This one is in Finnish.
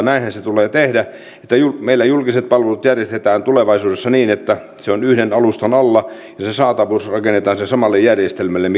näinhän se tulee tehdä että meillä julkiset palvelut järjestetään tulevaisuudessa niin että ne ovat yhden alustan alla ja se saatavuus rakennetaan sille samalle järjestelmälle mikä on viisautta